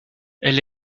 elle